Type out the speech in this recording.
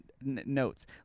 notes